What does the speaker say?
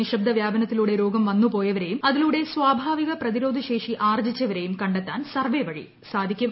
നിശബ്ദ വ്യാപനത്തിലൂടെ രോഗം വന്നൂപ്പോയ്വരെയും അതിലൂടെ സ്വാഭാവിക പ്രതിരോധ ശ്രേഷി ആർജ്ജിച്ചവരെയും കണ്ടെത്താൻ സർവ്വെ വഴി സീധിക്കും